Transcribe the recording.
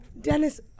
Dennis